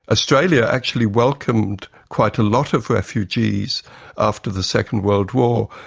australia actually welcomed quite a lot of refugees after the second world war,